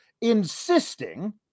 insisting